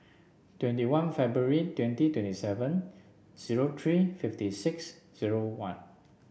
twenty one February twenty twenty seven zero three fifty six zero one